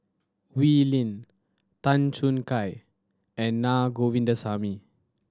Wee Lin Tan Choo Kai and Naa Govindasamy